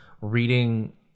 reading